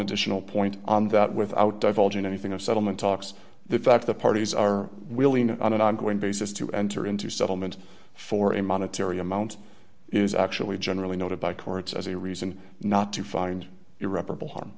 additional point on that without divulging anything of settlement talks the fact the parties are willing to on an ongoing basis to enter into settlement for a monetary amount is actually generally noted by courts as a reason not to find irreparable